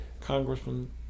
Congressman